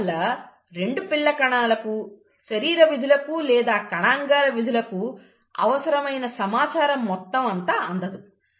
దీనివల్ల రెండు పిల్ల కణాలకు శరీర విధులకు లేదా కణాంగాల విధులకు అవసరమైన సమాచారం మొత్తం అంతా అందదు